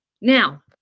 now